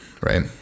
right